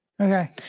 Okay